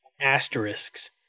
asterisks